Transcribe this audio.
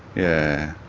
yeah,